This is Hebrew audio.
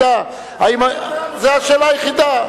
זו השאלה היחידה.